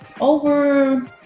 over